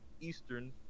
Eastern